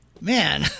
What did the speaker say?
Man